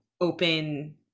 open